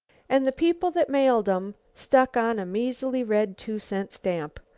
and the people that mailed em stuck on a measly red two-cent stamp.